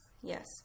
Yes